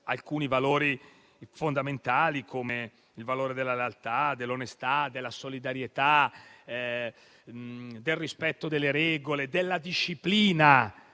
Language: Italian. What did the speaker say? alcuni valori fondamentali come la lealtà, l'onestà, la solidarietà, il rispetto delle regole, la disciplina,